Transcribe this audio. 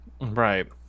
Right